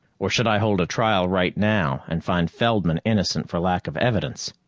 or should i hold trial right now and find feldman innocent for lack of evidence?